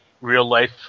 real-life